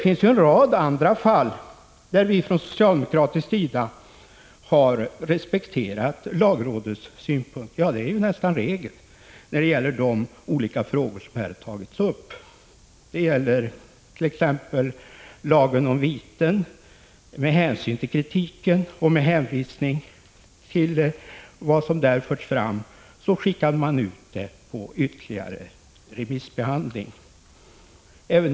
I en rad andra fall har vi från socialdemokratisk sida tagit hänsyn till lagrådets synpunkter — ja, det är ju nästan regel — när det gäller de olika frågor som här har tagits upp. Det gäller t.ex. lagen om viten. Med hänvisning till vad som förts fram i kritiken skickade man ärendet på ytterligare remissbehandling.